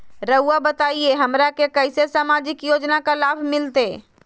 रहुआ बताइए हमरा के कैसे सामाजिक योजना का लाभ मिलते?